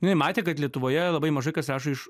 jinai matė kad lietuvoje labai mažai kas rašo iš